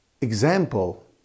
example